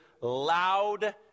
loud